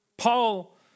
Paul